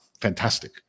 fantastic